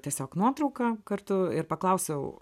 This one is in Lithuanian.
tiesiog nuotrauką kartu ir paklausiau